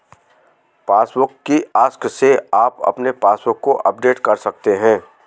passbook kiosk से आप अपने पासबुक को अपडेट कर सकते हैं